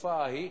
לתקופה ההיא,